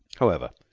however,